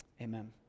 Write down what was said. Amen